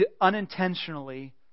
unintentionally